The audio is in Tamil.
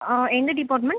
எந்த டிப்பார்ட்மெண்ட்